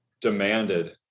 demanded